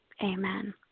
amen